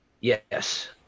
Yes